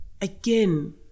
again